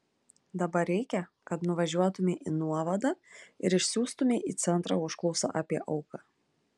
dabar reikia kad nuvažiuotumei į nuovadą ir išsiųstumei į centrą užklausą apie auką